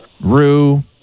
Rue